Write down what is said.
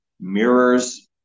mirrors